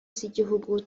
z’igihugu